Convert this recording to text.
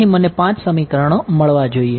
તેથી મને 5 સમીકરણો મળવા જોઈએ